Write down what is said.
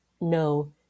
no